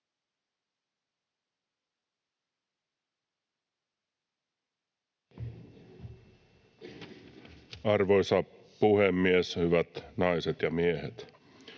Arvoisa puhemies, hyvät naiset ja miehet!